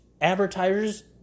advertisers